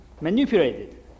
manipulated